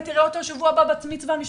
היא תראה אותו בשבוע הבא בבת מצווה המשפחתית,